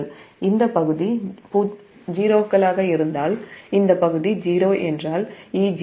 இந்த பகுதி' 0 'என்றால் | Eg| இயல்பாக1